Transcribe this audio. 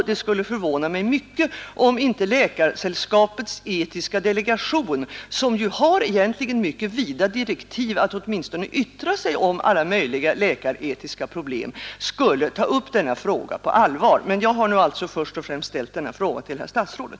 Det skulle förvåna mig mycket om inte Läkaresällskapets etiska delegation, som ju egentligen har mycket vida direktiv att åtminstone yttra sig om alla möjliga läkaretiska problem, skulle ta upp denna fråga på allvar. Men jag har nu alltså först och främst ställt frågan till herr statsrådet.